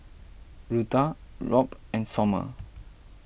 Rutha Robb and Sommer